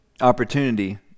opportunity